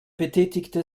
betätigte